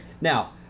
Now